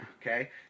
Okay